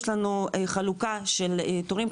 יש לנו חלוקה של תורים,